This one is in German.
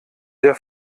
der